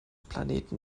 planeten